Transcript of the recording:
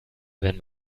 wenn